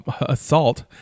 assault